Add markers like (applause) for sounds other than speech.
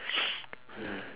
(noise) mm